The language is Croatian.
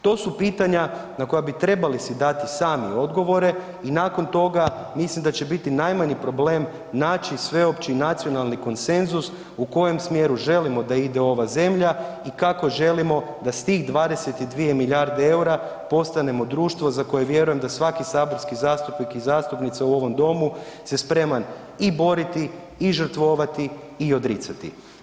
To su pitanja na koja bi trebali si dati sami odgovore i nakon toga, mislim da će biti najmanji problem naći sveopći i nacionalni konsenzus u kojem smjeru želimo da ide ova zemlja i kako želimo da s tim 22 milijarde eura postanemo društvo za koje vjerujem da svaki saborski zastupnik i zastupnica u ovom Domu se spreman i boriti i žrtvovati i odricati.